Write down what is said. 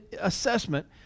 assessment